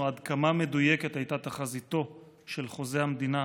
עד כמה מדויקת הייתה תחזיתו של חוזה המדינה